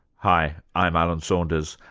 hi, i'm alan saunders,